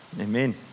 Amen